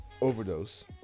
overdose